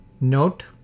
Note